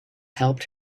helped